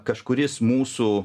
kažkuris mūsų